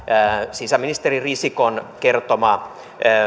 sisäministeri risikon kertoma